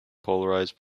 polarized